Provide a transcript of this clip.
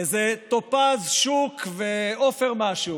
איזה טופז שוק ועופר משהו,